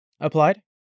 applied